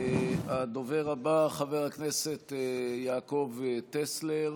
הדובר הבא, חבר הכנסת יעקב טסלר,